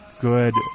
good